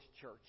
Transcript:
church